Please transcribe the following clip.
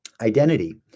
Identity